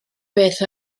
beth